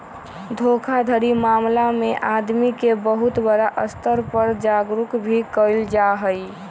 धोखाधड़ी मामला में आदमी के बहुत बड़ा स्तर पर जागरूक भी कइल जाहई